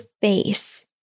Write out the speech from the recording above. face